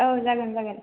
औ जागोन जागोन